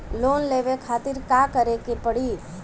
Loan लेवे खातिर का करे के पड़ी?